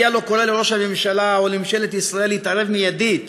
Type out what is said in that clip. אבי ילאו קורא לראש הממשלה ולממשלת ישראל להתערב מיידית